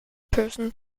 person